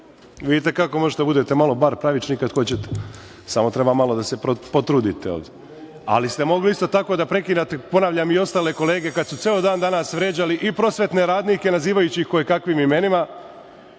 Vidite kako možete da budete malo bar pravični kad hoćete, samo treba malo da se potrudite, ali ste mogli isto tako da prekidate, ponavljam, i ostale kolege kad su ceo dan danas vređali i prosvetne radnike nazivajući ih koje kakvim imenima,